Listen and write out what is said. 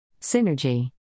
Synergy